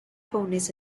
ponies